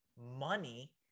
money